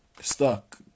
stuck